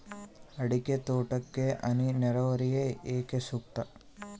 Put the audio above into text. ಅಡಿಕೆ ತೋಟಕ್ಕೆ ಹನಿ ನೇರಾವರಿಯೇ ಏಕೆ ಸೂಕ್ತ?